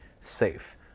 safe